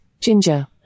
ginger